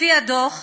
לפי הדוח,